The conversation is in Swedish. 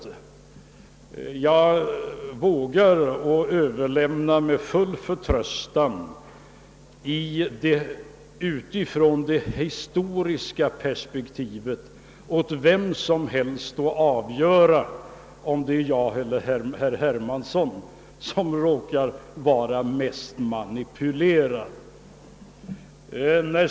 Jag vågar utifrån det historiska perspektivet med full förtröstan överlämna åt vem som helst att avgöra om det är jag eller herr Hermansson som råkar vara mest manipulerad.